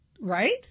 Right